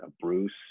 Bruce